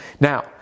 now